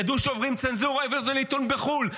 ידעו שעוברים צנזורה, העביר אותו לעיתון בחו"ל.